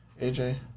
AJ